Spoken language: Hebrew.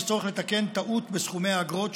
יש צורך לתקן טעות בסכומי האגרות,